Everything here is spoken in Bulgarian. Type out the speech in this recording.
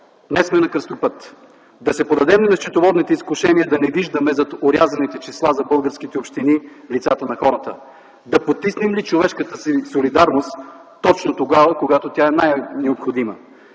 Днес сме на кръстопът. Да се поддадем ли на „счетоводните изкушения” да не виждаме зад орязаните числа за българските общини лицата на хората; да подтиснем ли човешката си солидарност, точно тогава, когато тя е най-необходима;